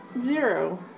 Zero